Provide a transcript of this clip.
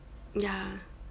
ya